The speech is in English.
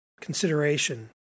consideration